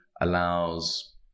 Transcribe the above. allows